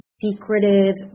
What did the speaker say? secretive